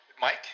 Mike